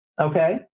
Okay